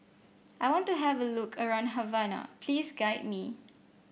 I want to have a look around Havana please guide me